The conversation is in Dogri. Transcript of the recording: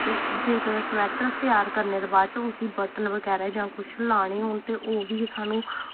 ते जेकर स्वैट्टर त्यार करने दे बाद च उसी बटन बगैरा जां कुछ लाने होन ते ओह् बी सानूं